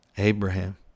Abraham